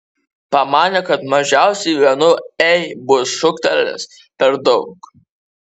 pamanė kad mažiausiai vienu ei bus šūktelėjęs per daug